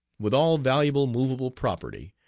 with all valuable movable property,